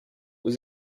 was